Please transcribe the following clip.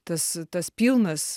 tas tas pilnas